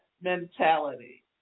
mentality